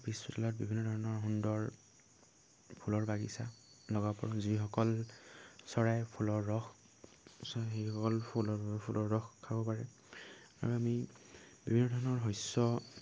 পিছ চোতালত বিভিন্ন ধৰণৰ সুন্দৰ ফুলৰ বাগিচা লগাব পাৰোঁ যিসকল চৰাই ফুলৰ ৰস চুহে সেইসকলে ফুলৰ ফুলৰ ৰস খাব পাৰে আৰু আমি বিভিন্ন ধৰণৰ শস্য